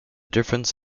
difference